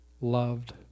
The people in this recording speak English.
loved